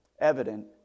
evident